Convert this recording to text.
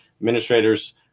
administrators